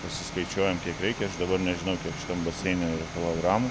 pasiskaičiuojam kiek reikia aš dabar nežinau kiek šimtam baseine kilogramų